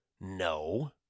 No